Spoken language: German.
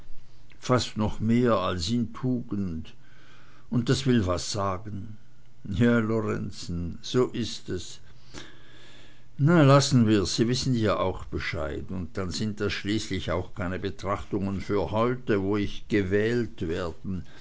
fast noch mehr als in tugend und das will was sagen ja lorenzen so ist es na lassen wir's sie wissen ja auch bescheid und dann sind das schließlich auch keine betrachtungen für heute wo ich gewählt werden